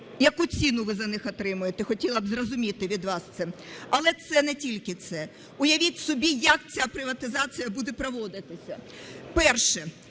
Яку ціну ви за них отримаєте, хотіла б зрозуміти від вас це. Але це не тільки це. Уявіть собі, як ця приватизація буде проводитися. Перше